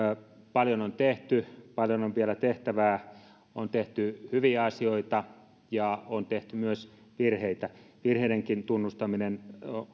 paljon on tehty paljon on vielä tehtävää on tehty hyviä asioita ja on tehty myös virheitä virheidenkin tunnustaminen